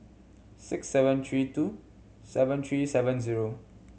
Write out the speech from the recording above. six seven three two seven three seven zero